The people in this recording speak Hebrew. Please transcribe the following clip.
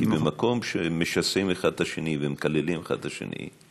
כי במקום שמשסעים אחד את השני ומקללים אחד את השני,